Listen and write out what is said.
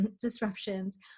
disruptions